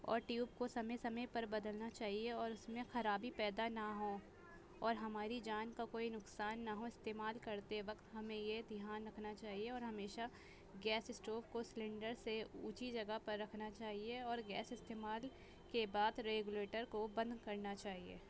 اور ٹیوب کو سمے سمے پر بدلنا چاہیے اور اس میں خرابی پیدا نہ ہو اور ہماری جان کا کوئی نقصان نہ ہو استعمال کرتے وقت ہمیں یہ دھیان رکھنا چاہیے اور ہمیشہ گیس اسٹوو کو سلینڈر سے اونچی جگہ پر رکھنا چاہیے اور گیس استعمال کے بعد ریگولیٹر کو بند کرنا چاہیے